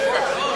איך אתה יודע?